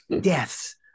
deaths